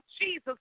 Jesus